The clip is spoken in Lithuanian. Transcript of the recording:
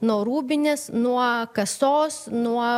nuo rūbinės nuo kasos nuo